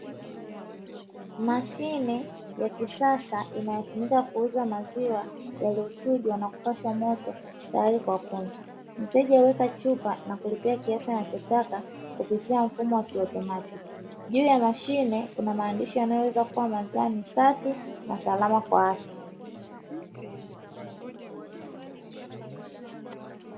Mashine ya kisasa inayotumika kuuza maziwa yaliyochujwa na kupashwa moto tayari kwa kunywa, mteja weka chupa na kulipia kiasi chake taka kupitia mfumo wa kiautomatikii, juu ya mashine kuna maandishi yanayoweza kuwa mazani safi na salama kwa afya.